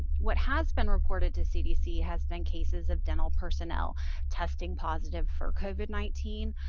what has been reported to cdc has been cases of dental personnel testing positive for covid nineteen,